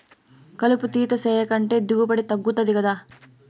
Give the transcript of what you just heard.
కలుపు తీత సేయకంటే దిగుబడి తగ్గుతది గదా